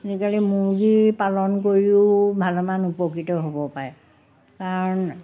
আজিকালি মুৰ্গী পালন কৰিও ভালেমান উপকৃত হ'ব পাৰে কাৰণ